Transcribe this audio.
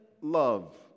love